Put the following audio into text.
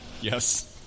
Yes